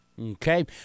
Okay